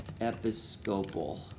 Episcopal